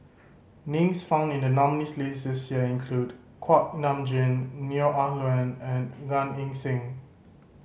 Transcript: names found in the nominees' list this year include Kuak Nam Jin Neo Ah Luan and Gan Eng Seng